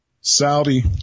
Saudi